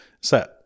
set